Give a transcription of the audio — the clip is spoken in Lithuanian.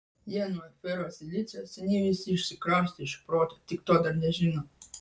jie nuo ferosilicio seniai visi išsikraustė iš proto tik to dar nežino